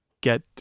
get